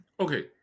Okay